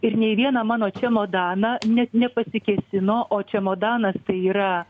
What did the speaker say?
ir nei į vieną mano čemodaną net nepasikėsino o čemodanas tai yra